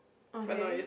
okay